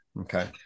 Okay